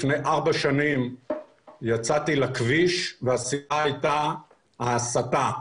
לפני 4 שנים יצאתי לכביש והסיבה הייתה ההסתה.